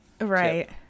right